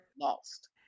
lost